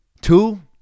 Two